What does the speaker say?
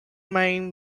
main